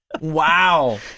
wow